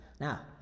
Now